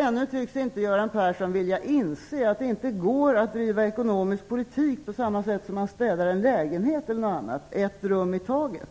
Ännu tycks inte Göran Persson vilja inse att det inte går att driva ekonomisk politik på samma sätt som man städar en lägenhet eller något annat; ett rum i taget.